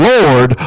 Lord